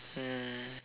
ya